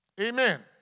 Amen